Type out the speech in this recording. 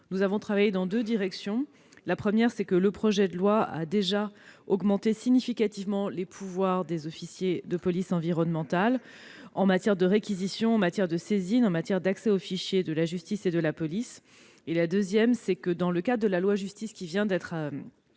Nous avons travaillé dans deux directions : premièrement, le projet de loi a déjà augmenté significativement les pouvoirs des officiers de police de l'environnement en matière de réquisition, de saisine, d'accès aux fichiers de la justice et de la police ; deuxièmement, dans le cadre de la loi Justice, qui vient d'être